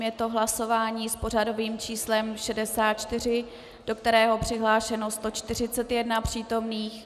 Je to hlasování s pořadovým číslem 64, do kterého je přihlášeno 141 přítomných.